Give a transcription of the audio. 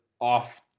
off